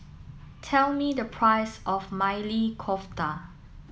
tell me the price of Maili Kofta